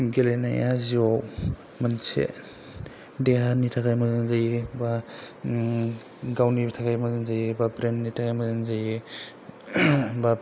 गेलेनाया जिउआव मोनसे देहानि थाखाय मोजां जायो एबा गावनि थाखाय मोजां जायो एबा ब्रेइननि थाखाय मोजां जायो